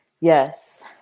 Yes